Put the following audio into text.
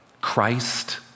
Christ